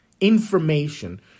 information